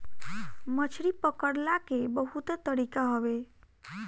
मछरी पकड़ला के बहुते तरीका हवे